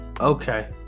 okay